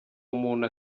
umuntu